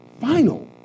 Final